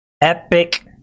epic